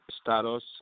status